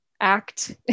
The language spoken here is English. act